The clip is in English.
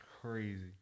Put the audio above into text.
crazy